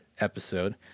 episode